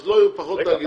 אז לא יהיו פחות תאגידים,